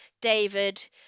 David